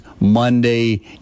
Monday